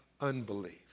unbelief